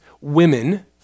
women